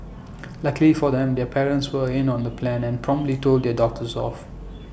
luckily for them their parents were in on the plan and promptly told their daughters off